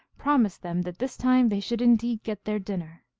promised them that this time they should in deed get their dinner.